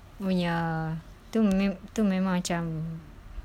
oh ya tu memang tu memang macam